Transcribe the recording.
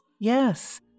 Yes